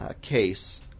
case